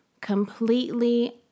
completely